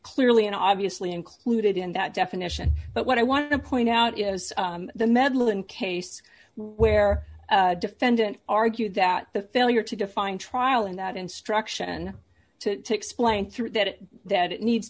clearly and obviously included in that definition but what i want to point out is the medland case where defendant argued that the failure to define trial in that instruction to explain through that that it needs